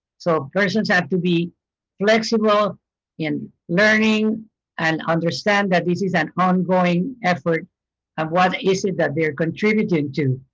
so persons have to be flexible in learning and understand that this is an ongoing effort of what is it that they are contributing to.